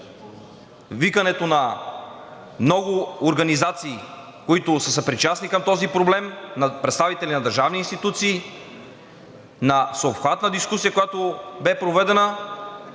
викането на много организации, които са съпричастни към този проблем, на представители на държавни институции, на всеобхватна дискусия, която бе проведена,